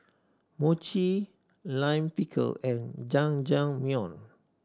Mochi Lime Pickle and Jajangmyeon